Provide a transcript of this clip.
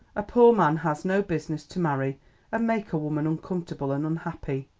a poor man has no business to marry and make a woman uncomfortable and unhappy.